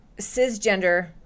cisgender